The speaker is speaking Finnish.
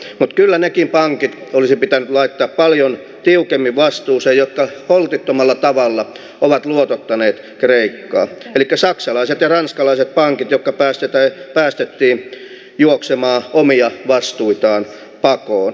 mutta kyllä olisi pitänyt laittaa paljon tiukemmin vastuuseen nekin pankit jotka holtittomalla tavalla ovat luotottaneet kreikkaa elikkä saksalaiset ja ranskalaiset pankit jotka päästettiin juoksemaan omia vastuitaan pakoon